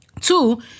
Two